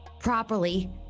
Properly